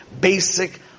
basic